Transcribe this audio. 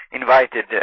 invited